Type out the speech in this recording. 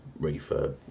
refurb